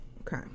Okay